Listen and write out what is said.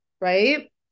right